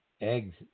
eggs